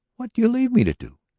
what do you leave me to do?